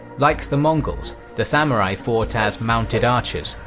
like the mongols, the samurai fought as mounted archers,